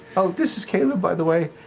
oh, this is caleb, by the way.